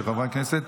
של חברי הכנסת,